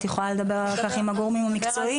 את יכולה לדבר על כך עם הגורמים המקצועיים.